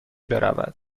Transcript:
برود